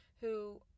who-